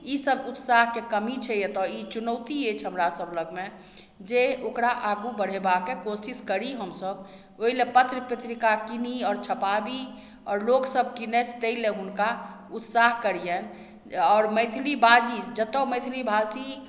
ईसब उत्साहके कमी छै एतऽ ई चुनौती अछि हमरा सब लगमे जे ओकरा आगू बढ़ेबाके कोशिश करि हमसभ ओइ लै पत्र पत्रिका कीनि आओर छपाबी आओर लोक सब कीनथि तै लए हुनका उत्साह करियनि आओर मैथिली बाजी जेतऽ मैथिली भाषी